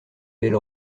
belle